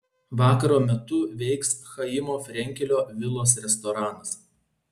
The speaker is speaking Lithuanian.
vakaro metu veiks chaimo frenkelio vilos restoranas